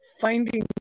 finding